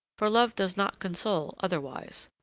for love does not console otherwise.